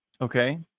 okay